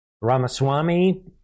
Ramaswamy